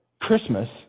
Christmas